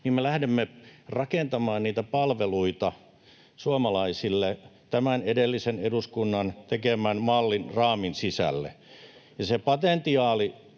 niin me lähdemme rakentamaan niitä palveluita suomalaisille tämän edellisen eduskunnan tekemän mallin, raamin sisälle. [Antti